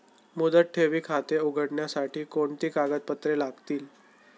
मुदत ठेव खाते उघडण्यासाठी कोणती कागदपत्रे लागतील?